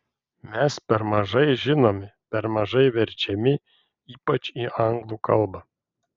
mes per mažai žinomi per mažai verčiami ypač į anglų kalbą